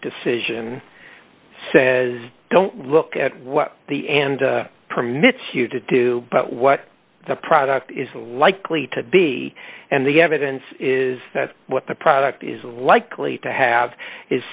decision says don't look at what the and permits you to do what the product is likely to be and the evidence is that what the product is likely to have is